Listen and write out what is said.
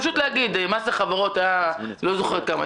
פשוט להגיד: מס החברות היה לא זוכרת כמה,